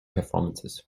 performances